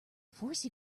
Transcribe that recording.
force